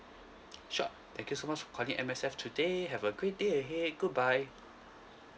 sure thank you so much for calling M_S_F today have a great day ahead goodbye